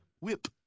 Whip